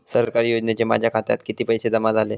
सरकारी योजनेचे माझ्या खात्यात किती पैसे जमा झाले?